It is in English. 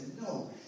no